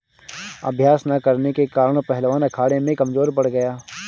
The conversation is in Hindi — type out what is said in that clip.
अभ्यास न करने के कारण पहलवान अखाड़े में कमजोर पड़ गया